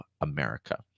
America